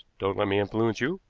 don't let me influence you.